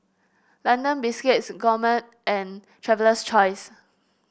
London Biscuits Gourmet and Traveler's Choice